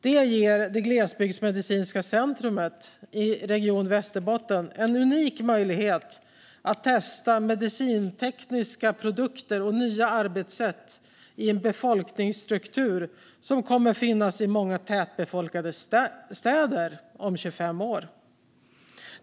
Det ger det glesbygdsmedicinska centrumet i Region Västerbotten en unik möjlighet att testa medicintekniska produkter och nya arbetssätt i en befolkningsstruktur som kommer att finnas i många tätbefolkade städer om 25 år.